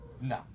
No